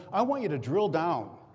i want you to drill down